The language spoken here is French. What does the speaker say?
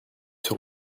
sur